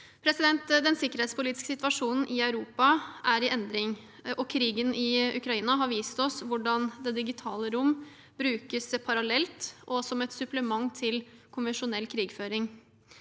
EØS-avtalen. Den sikkerhetspolitiske situasjonen i Europa er i endring. Krigen i Ukraina har vist oss hvordan det digitale rom brukes parallelt og som et supplement til konvensjonell krigføring.